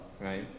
right